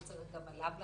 וצריך גם עליו לחשוב.